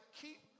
keep